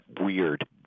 weird